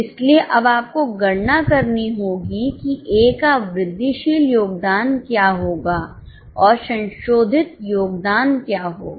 इसलिए अब आपको गणना करनी होगी कि ए का वृद्धिशील योगदान क्या होगा और संशोधित योगदान क्या होगा